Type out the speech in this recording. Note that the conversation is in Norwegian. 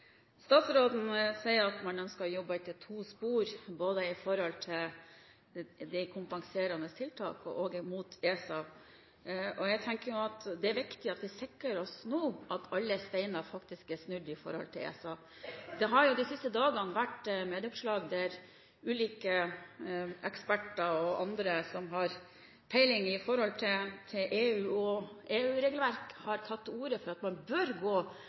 ESA. Jeg tenker at det er viktig at vi nå sikrer oss at alle steiner faktisk er snudd med tanke på ESA. Det har de siste dagene vært medieoppslag der ulike eksperter og andre som har peiling på EU og EU-regelverk, har tatt til orde for at man bør gå